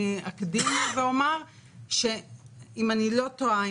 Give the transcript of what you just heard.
אני אקדים ואומר - אם אני לא טועה,